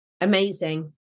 Amazing